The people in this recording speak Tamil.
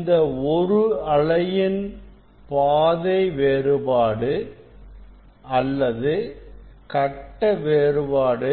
இந்த ஒரு அலையின் பாதை வேறுபாடு அல்லது கட்ட வேறுபாடு